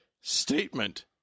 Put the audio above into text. statement